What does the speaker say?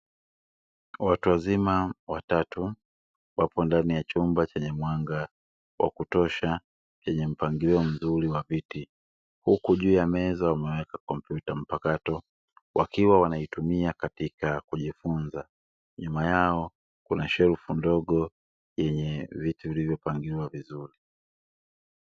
Watu wazima watatu wapo ndani ya chumba chenye mwanga wa kutosha chenye mpangilio mzuri wa viti, huku juu ya meza wameweka kompyuta mpakato wakiwa wanaitumia katika kujifunza; nyuma yao kuna shelfu ndogo yenye vitu vilivyopangiliwa vizuri.